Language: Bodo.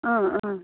ओं ओं